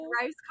rice